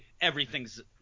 everything's